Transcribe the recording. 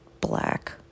black